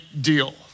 deal